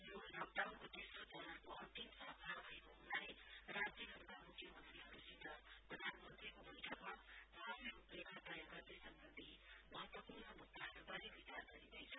यो लकडाउनको तोस्रो चरणको अन्तिम सप्ताह भएको हुनाले राज्यहरुका म्ख्यमन्त्रीहरुलाई प्रधानमन्त्रीको बैठकमा भावी रुपरेखा तय गर्ने सम्वन्धी महत्वपूर्ण मुद्धाहरुवारे विचार गरिँदैछ